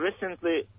recently